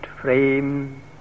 frame